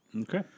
Okay